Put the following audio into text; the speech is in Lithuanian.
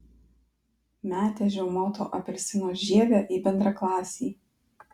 metė žiaumoto apelsino žievę į bendraklasį